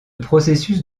processus